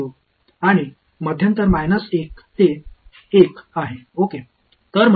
எனவே குவாட்ரேச்சர் விதிகளின் எத்தனை புள்ளிகள் தேர்வு செய்யப்பட வேண்டும் என்பது என்னை பொறுத்தது